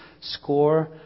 score